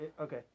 Okay